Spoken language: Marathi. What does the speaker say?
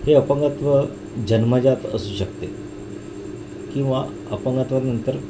हे अपंगत्व जन्मजात असू शकते किंवा अपंगात्वानंतर